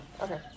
Okay